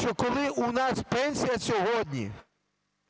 що коли у нас пенсія сьогодні